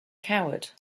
coward